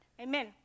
Amen